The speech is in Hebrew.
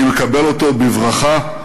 אני מקבל אותו בברכה,